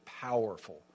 powerful